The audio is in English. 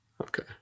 Okay